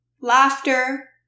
laughter